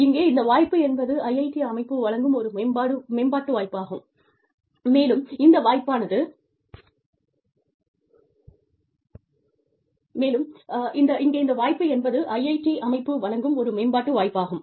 இங்கே இந்த வாய்ப்பு என்பது IIT அமைப்பு வழங்கும் ஒரு மேம்பாட்டு வாய்ப்பாகும்